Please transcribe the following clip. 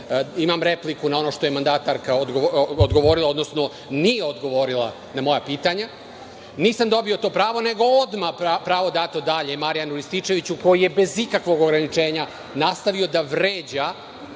imam repliku na ono što je mandatarka odgovorila, odnosno nije odgovorila na moja pitanja i nisam dobio to pravo nego je odmah dato pravo dalje Marijanu Rističeviću, koji je bez ikakvog ograničenja nastavio da vređa